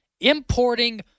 importing